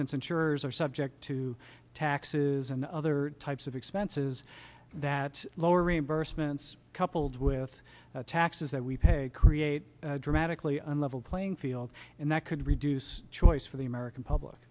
since insurers are subject to taxes and other types of expenses that lower reimbursements coupled with taxes that we pay create dramatically unlevel playing field and that could reduce choice for the american public